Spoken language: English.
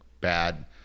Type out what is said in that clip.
bad